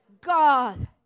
God